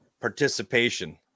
participation